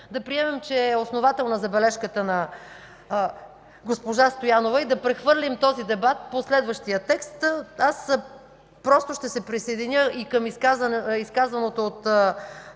да приемем, че е основателна забележката на госпожа Стоянова и да прехвърлим този дебат по следващия текст. Ще се присъединя към изказаното от